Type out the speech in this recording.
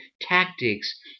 tactics